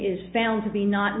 is found to be not